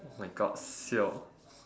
oh my God siao